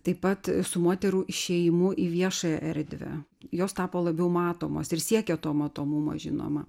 taip pat su moterų išėjimu į viešąją erdvę jos tapo labiau matomos ir siekė to matomumo žinoma